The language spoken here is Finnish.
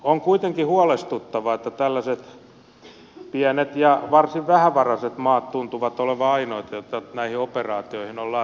on kuitenkin huolestuttavaa että tällaiset pienet ja varsin vähävaraiset maat tuntuvat olevan ainoita joita näihin operaatioihin ollaan saamassa